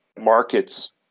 markets